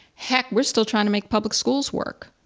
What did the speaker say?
heck, we're still trying to make public schools work,